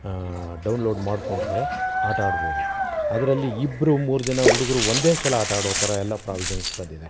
download ಮಾಡಿಕೊಂಡ್ರೆ ಆಟ ಆಡ್ಬೋದು ಅದರಲ್ಲಿ ಇಬ್ಬರು ಮೂರುಜನ ಹುಡುಗ್ರು ಒಂದೇ ಸಲ ಆಟ ಆಡೋ ಥರ ಎಲ್ಲ ಪ್ರಾವಿಶನ್ಸ್ ಬಂದಿದೆ